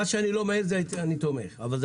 מה שאני לא מעיר אני תומך אבל זה